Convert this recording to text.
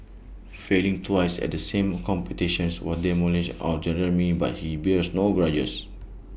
failing twice at the same competition was demoralising or Jeremy but he bears no grudges